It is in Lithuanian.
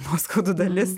nuoskaudų dalis